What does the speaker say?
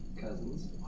Cousins